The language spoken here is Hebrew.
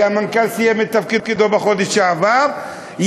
כי המנכ"ל סיים את תפקידו בחודש שעבר,